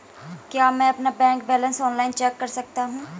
क्या मैं अपना बैंक बैलेंस ऑनलाइन चेक कर सकता हूँ?